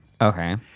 Okay